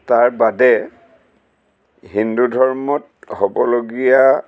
তাৰ বাদে হিন্দু ধৰ্মত হ'বলগীয়া